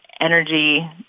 energy